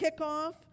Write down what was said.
kickoff